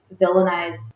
villainize